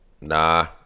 nah